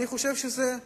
אני חושב שגם